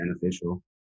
beneficial